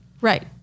Right